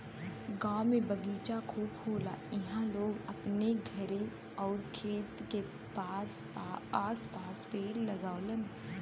गांव में बगीचा खूब होला इहां लोग अपने घरे आउर खेत के आस पास पेड़ लगावलन